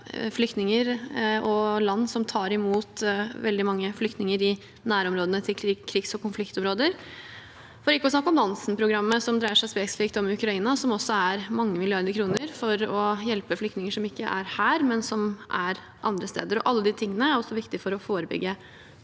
flyktninger og land som tar imot veldig mange flyktninger i nærområdene til krigs- og konfliktområder – for ikke å snakke om Nansen-programmet, som dreier seg spesifikt om Ukraina. Det er også mange milliarder kroner for å hjelpe flyktninger som ikke er her, men andre steder. Alle de tingene er også viktig for å forebygge